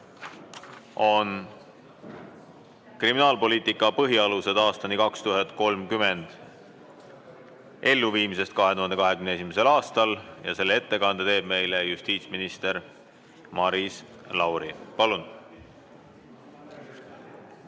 "Kriminaalpoliitika põhialused aastani 2030" elluviimisest 2021. aastal ja selle ettekande teeb meile justiitsminister Maris Lauri. Palun!